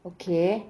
okay